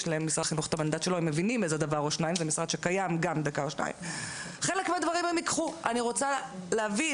אז גם כן העניין של איך להביא